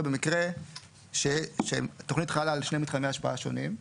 במקרה שהתוכנית חלה על שני מתחמי השפעה שונים.